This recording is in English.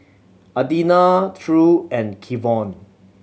Adina True and Kevon